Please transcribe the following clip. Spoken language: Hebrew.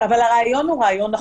אבל הרעיון נכון.